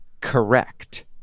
correct